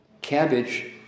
cabbage